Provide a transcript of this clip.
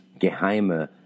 geheime